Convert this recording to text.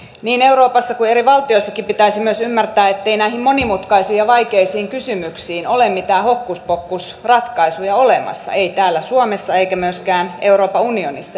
niin euroopassa kuin eri valtioissakin pitäisi myös ymmärtää ettei näihin monimutkaisiin ja vaikeisiin kysymyksiin ole mitään hokkuspokkusratkaisuja olemassa ei täällä suomessa eikä myöskään euroopan unionissa